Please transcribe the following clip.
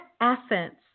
essence